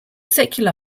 secular